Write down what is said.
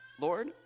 Lord